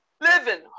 living